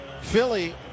Philly